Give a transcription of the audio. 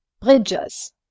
Bridges